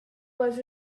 gloves